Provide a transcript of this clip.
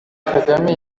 kagame